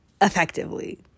effectively